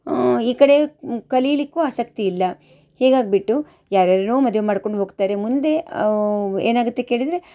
ಈ ಕಡೆ ಕಲೀಲಿಕ್ಕೂ ಆಸಕ್ತಿ ಇಲ್ಲ ಹೀಗಾಗಿ ಬಿಟ್ಟು ಯಾರು ಯಾರನ್ನೊ ಮದುವೆ ಮಾಡ್ಕೊಂಡು ಹೋಗ್ತಾರೆ ಮುಂದೆ ಏನಾಗುತ್ತೆ ಕೇಳಿದರೆ